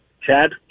Chad